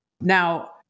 Now